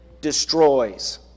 destroys